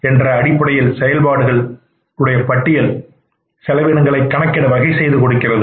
என்கின்ற அடிப்படையில் செயல்பாடுகள் பட்டியலில் இந்த செயல் சார் கணக்கீட்டு முறை செலவினங்களை கணக்கிட வகை செய்து கொடுக்கின்றது